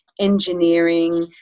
engineering